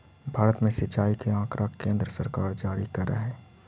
भारत में सिंचाई के आँकड़ा केन्द्र सरकार जारी करऽ हइ